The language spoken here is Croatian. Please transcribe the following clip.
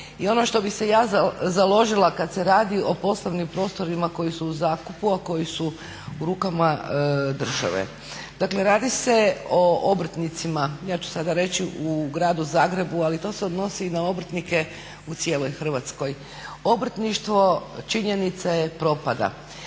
i ono za što bi se ja založila kada se radi o poslovnim prostorima koji su u zakupnu, a koji su u rukama države, dakle radi se o obrtnicima ja ću sada reći u gradu Zagrebu, ali to se odnosi i na obrtnike u cijeloj Hrvatske. Obrtništvo činjenica je propada,